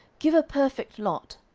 give a perfect lot.